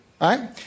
right